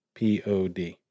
pod